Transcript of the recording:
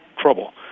trouble